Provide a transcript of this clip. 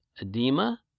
edema